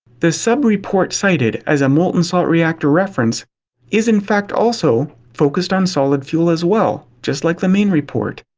the subreport cited as a molten salt reactor reference is in fact also focused on solid fuel as well, just like the main report.